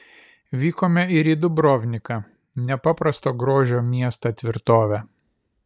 vykome ir į dubrovniką nepaprasto grožio miestą tvirtovę